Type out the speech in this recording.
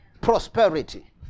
prosperity